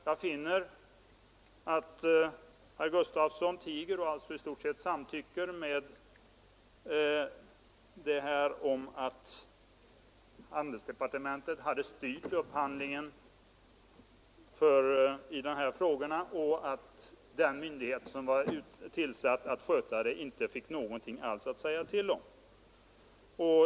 Jag finner att herr Gustavsson tiger och alltså i stort sett samtycker till att handelsdepartementet hade styrt upphandlingen i de här frågorna och att den myndighet som var tillsatt att sköta den inte fick något alls att säga till om.